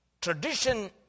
tradition